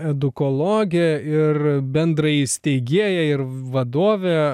edukologė ir bendrajįsteigėja ir vadovė